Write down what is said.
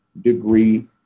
degree